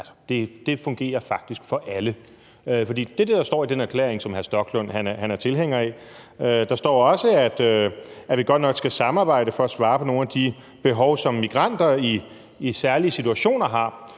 fungerer for alle? For det er det, der står i den erklæring, som hr. Rasmus Stoklund er tilhænger af. Der står også, at vi godt nok skal samarbejde for at svare på nogle af de behov, som migranter i særlige situationer har,